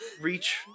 reach